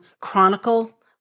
chronicle